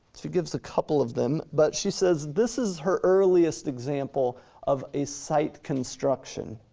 she gives a couple of them, but she says this is her earliest example of a site construction.